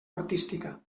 artística